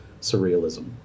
surrealism